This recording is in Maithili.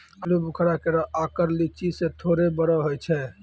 आलूबुखारा केरो आकर लीची सें थोरे बड़ो होय छै